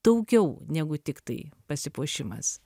daugiau negu tiktai pasipuošimas